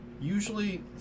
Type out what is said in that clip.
Usually